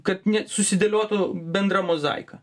kad ne susidėliotų bendra mozaika